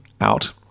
out